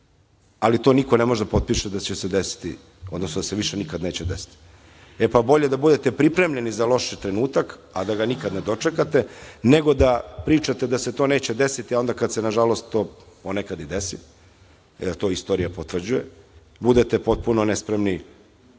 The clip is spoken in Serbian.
ali to niko ne može da potpiše da će se desiti, odnosno da se više nikada neće desiti. E, pa bolje da budete pripremljeni za loš trenutak, a da ga nikada ne dočekate, nego da pričate da se to neće desiti, a onda kada se nažalost to po nekada i desi, jer to istorija potvrđuje, budete potpuno nespremni,